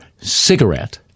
cigarette